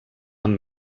amb